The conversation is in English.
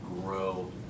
grow